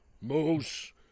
Moose